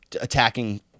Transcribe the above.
attacking